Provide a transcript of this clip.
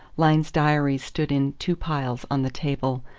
lyne's diaries stood in two piles on the table,